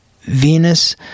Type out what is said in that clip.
Venus